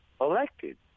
elected